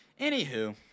anywho